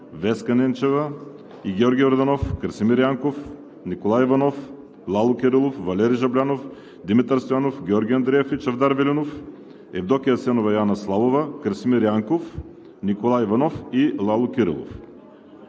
Веска Ненчева и Георги Йорданов; Красимир Янков, Николай Иванов, Лало Кирилов, Валери Жаблянов, Димитър Стоянов, Георги Андреев и Чавдар Велинов; Евдокия Асенова и Анна Славова; Красимир Янков, Николай Иванов и Лало Кирилов.